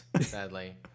sadly